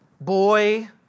boy